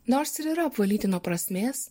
nors ir yra apvalyti nuo prasmės